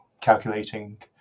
calculating